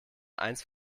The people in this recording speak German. eins